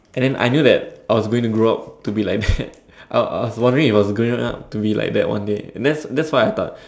and then I knew that I was going to grow up to be like that I I was wondering if I was growing up to be like that one day and that's that's what I thought